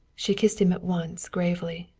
she kissed him at once gravely.